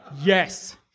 Yes